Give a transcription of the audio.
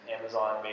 Amazon